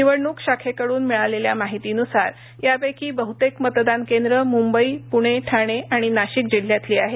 निवडणूक शाखेकडून मिळालेल्या माहितीनुसार यापैकी बहुतेक मतदान केंद्र मुंबई पुणे ठाणे आणि नाशिक जिल्ह्यातील आहेत